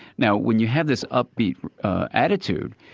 now when you have this upbeat attitude,